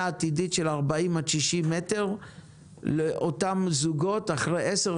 עתידית של 40 עד 60 מ"ר לאותם זוגות אחרי 10,